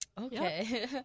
Okay